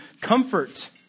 comfort